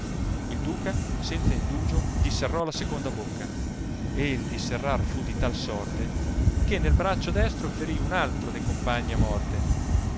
il duca senza indugio diserrò la seconda bocca e di serrar fu di tal sorte che nel braccio destro feri un altro de compagni a morte